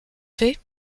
fait